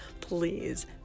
please